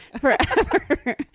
forever